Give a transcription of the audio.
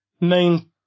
main